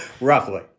Roughly